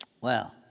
Wow